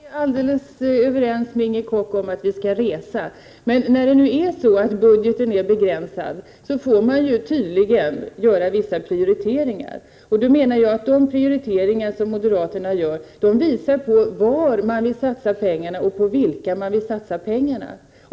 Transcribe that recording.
Herr talman! Jag är helt överens med Inger Koch om att vi skall resa, men när nu budgeten är begränsad får man uppenbarligen göra vissa prioriteringar. Då menar jag att de prioriteringar som moderaterna gör visar på vad och på vilka man vill satsa.